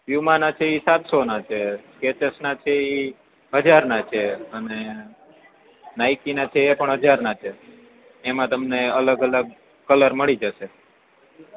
પ્યુમાના છે એ સાતસોના છે સ્કેચર્સના છે એ હજારના છે અને નાઇકીના છે એ પણ હજારના છે